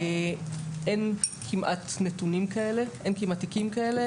אין כמעט תיקים כאלה.